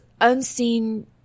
unseen